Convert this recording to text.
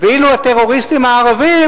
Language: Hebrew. ואילו הטרוריסטים הערבים,